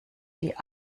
die